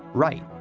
write,